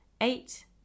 Eight